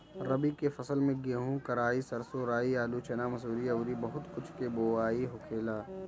रबी के फसल में गेंहू, कराई, सरसों, राई, आलू, चना, मसूरी अउरी बहुत कुछ के बोआई होखेला